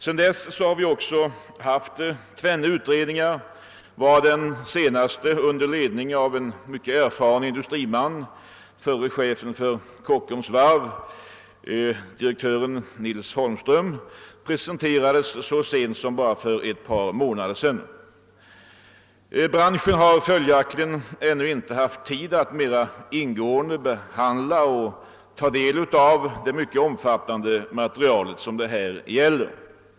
Sedan dess har vi haft två utredningar, varav den senaste under ledning av en mycket erfaren industriman, förre chefen för Kockums varv, direktören Nils Holmström, presenterades så sent som för ett par månader sedan. Branschen har följaktligen ännu inte haft tid att mera ingående behandla och ta del av det mycket omfattande material som det här gäller.